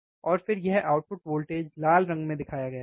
और फिर यह आउटपुट वोल्टेज लाल रंग में दिखाया गया है है ना